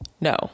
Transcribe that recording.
no